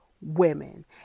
women